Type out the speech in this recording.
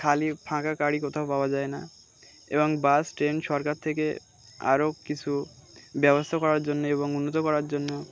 খালি ফাঁকা গাড়ি কোথাও পাওয়া যায় না এবং বাস ট্রেন সরকার থেকে আরও কিছু ব্যবস্থা করার জন্য এবং উন্নত করার জন্য